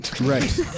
right